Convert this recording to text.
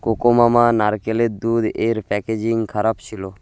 Cocomama নারকেলের দুধ এর প্যাকেজিং খারাপ ছিলো